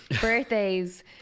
birthdays